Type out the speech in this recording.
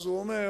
אז הוא אמר,